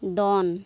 ᱫᱚᱱ